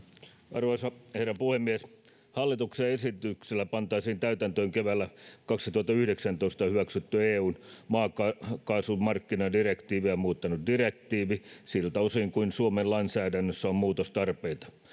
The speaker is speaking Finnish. arvoisa herra puhemies hallituksen esityksellä pantaisiin täytäntöön keväällä kaksituhattayhdeksäntoista hyväksytty eun maakaasumarkkinadirektiiviä muuttanut direktiivi siltä osin kuin suomen lainsäädännössä on muutostarpeita